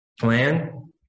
plan